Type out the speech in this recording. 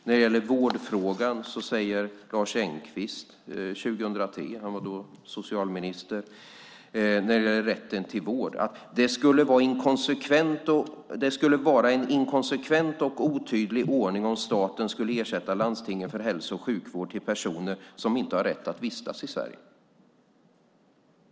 När det gäller rätten till vård sade socialminister Lars Engqvist 2003: Det skulle vara en inkonsekvent och otydlig ordning om staten skulle ersätta landstingen för hälso och sjukvård till personer som inte har rätt att vistas i Sverige.